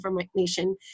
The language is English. information